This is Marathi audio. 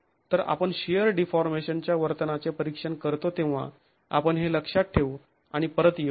तर आपण शिअर डीफॉर्मेशनच्या वर्तनाचे परीक्षण करतो तेव्हा आपण हे लक्षात ठेवू आणि परत येऊ या